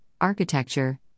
Architecture